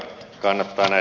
kannattanee